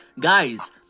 Guys